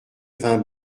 vin